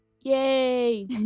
Yay